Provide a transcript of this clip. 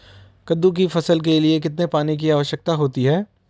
कद्दू की फसल के लिए कितने पानी की आवश्यकता होती है?